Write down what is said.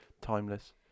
timeless